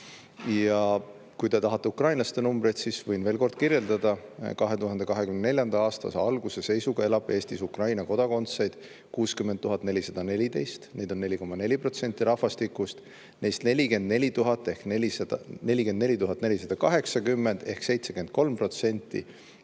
Kui te tahate ukrainlaste numbreid, siis võin neid veel kord kirjeldada. 2024. aasta alguse seisuga elab Eestis Ukraina kodakondseid 60 414, neid on 4,4% rahvastikust. Neist 44 000,